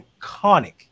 iconic